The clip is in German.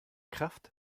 kraft